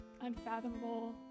unfathomable